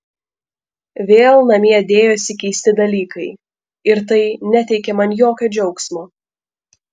vėl namie dėjosi keisti dalykai ir tai neteikė man jokio džiaugsmo